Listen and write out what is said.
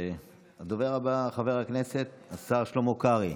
הדובר הבא, חבר הכנסת השר שלמה קרעי,